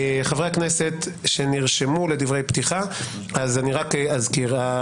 אני רק אזכיר,